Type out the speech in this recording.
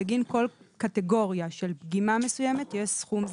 בגין כל קטגוריה של פגימה מסוימת יש סכום זכאות.